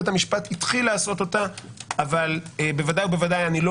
בית המשפט התחיל לעשות אותה אבל בוודאי ובוודאי אני לא